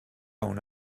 una